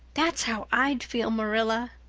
that's how i'd feel, marilla.